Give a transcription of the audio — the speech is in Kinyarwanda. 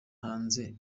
hanze